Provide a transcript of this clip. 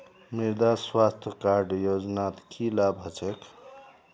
मृदा स्वास्थ्य कार्ड योजनात की लाभ ह छेक